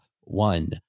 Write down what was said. one